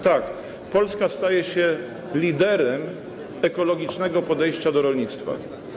Tak, Polska staje się liderem ekologicznego podejścia do rolnictwa.